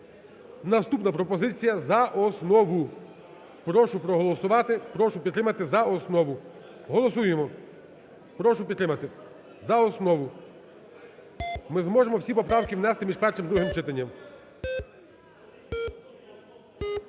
наступна пропозиція за основу. Прошу проголосувати, прошу підтримати за основу. Голосуємо, прошу підтримати за основу. Ми зможемо всі поправки внести між першим і другим читанням.